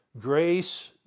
Grace